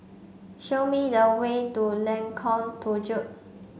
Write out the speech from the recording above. show me the way to Lengkong Tujuh